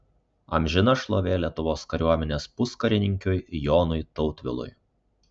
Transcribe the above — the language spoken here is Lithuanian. amžina šlovė lietuvos kariuomenės puskarininkiui jonui tautvilui